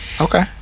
Okay